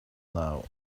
now